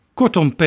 Kortom